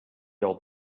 old